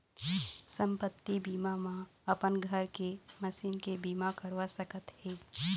संपत्ति बीमा म अपन घर के, मसीन के बीमा करवा सकत हे